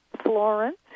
Florence